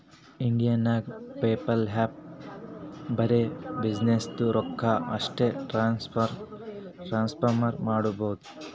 India ನಾಗ್ PayPal app ಬರೆ ಬಿಸಿನ್ನೆಸ್ದು ರೊಕ್ಕಾ ಅಷ್ಟೇ ಟ್ರಾನ್ಸಫರ್ ಮಾಡಬೋದು